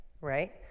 right